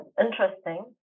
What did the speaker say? interesting